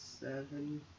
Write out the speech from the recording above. seven